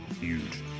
huge